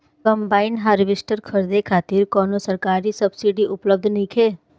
Combine harvester खरीदे खातिर कउनो सरकारी सब्सीडी उपलब्ध नइखे?